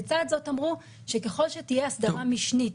לצד זאת אמרו שככל שתהיה הסדרה משנית,